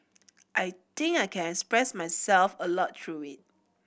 I think I can express myself a lot through it